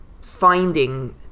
finding